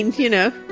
you know.